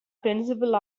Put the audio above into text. principle